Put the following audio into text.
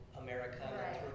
America